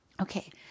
Okay